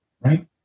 right